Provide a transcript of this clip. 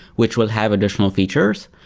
which will have additional features,